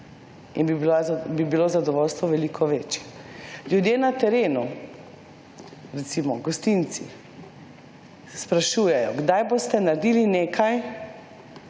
In bi bilo zadovoljstvo veliko večje. Ljudje na terenu, recimo, gostinci, se sprašujejo kdaj boste naredili nekaj,